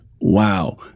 Wow